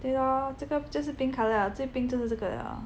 对咯这个就是 pink colour liao 最 pink 就是这个了